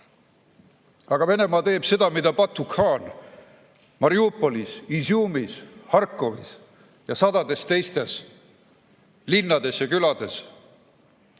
Venemaa teeb seda, mida Batu-khaan, Mariupolis, Izjumis, Harkivis ja sadades teistes linnades ja külades.